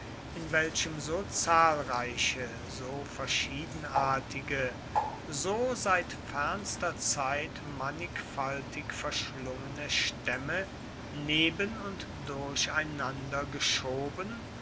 in welchem so zahlreiche so verschiedenartige so seit fernster zeit mannigfaltig verschlungene stämme neben und durcheinander geschoben